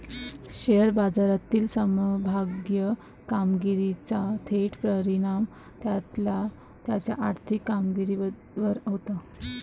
share बाजारातील समभागाच्या कामगिरीचा थेट परिणाम त्याच्या आर्थिक कामगिरीवर होतो